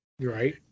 right